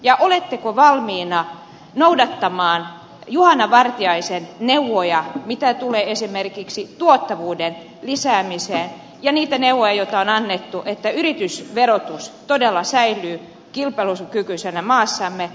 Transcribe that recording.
ja oletteko valmis noudattamaan juhana vartiaisen neuvoja mitä tulee esimerkiksi tuottavuuden lisäämiseen ja niitä neuvoja joita on annettu että yritysverotus todella säilyy kilpailukykyisenä maassamme